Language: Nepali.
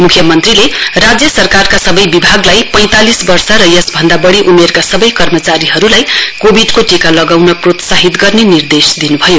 म्ख्यमन्त्रीले राज्य सरकारका सबै विभागलाई पैंतालिस वर्ष र यसभन्दा वड़ी उमेरका सबै कर्मचारीहरूलाई कोविडको टीका लगाउन प्रोत्साहित गर्ने निर्देश दिन्भयो